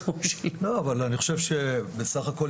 אבל אני חושב שבסך הכל,